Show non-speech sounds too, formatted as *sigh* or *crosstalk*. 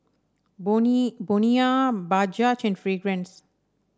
*unintelligible* Bonia Bajaj and Fragrance